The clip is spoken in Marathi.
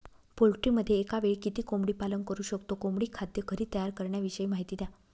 पोल्ट्रीमध्ये एकावेळी किती कोंबडी पालन करु शकतो? कोंबडी खाद्य घरी तयार करण्याविषयी माहिती द्या